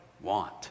want